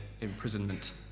imprisonment